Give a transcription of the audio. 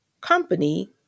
company